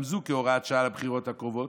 גם זה כהוראת שעה לבחירות הקרובות,